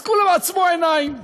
כולם עצמו עיניים,